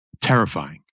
terrifying